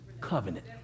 covenant